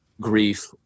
grief